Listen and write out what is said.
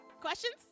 Questions